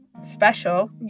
special